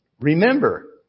remember